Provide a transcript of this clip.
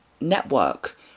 network